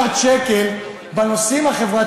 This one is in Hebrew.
ההשקעה של 7 מיליארד השקל בנושאים החברתיים